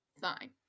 fine